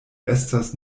estas